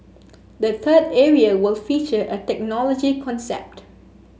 the third area will feature a technology concept